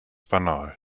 banal